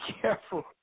careful